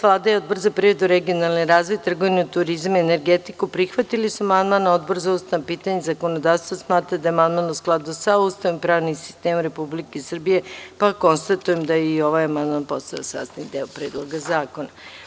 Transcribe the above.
Vlada i Odbor za privredu, regionalni razvoj, trgovinu, turizam i energetiku prihvatili su amandman, a Odbor za ustavna pitanja i zakonodavstvo smatra da je amandman u skladu sa Ustavom i pravnim sistemom Republike Srbije, pa konstatujem da je ovaj amandman postao sastavni deo Predloga zakona.